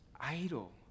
idol